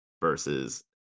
versus